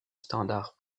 standard